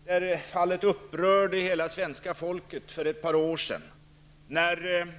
inträffade för ett par år sedan och som upprörde hela svenska folket.